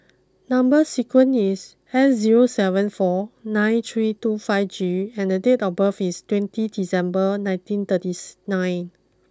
number sequence is S zero seven four nine three two five G and date of birth is twenty December nineteen thirtieth nine